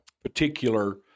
particular